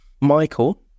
Michael